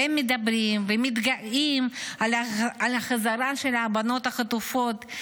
והם מדברים ומתגאים על החזרה של הבנות החטופות.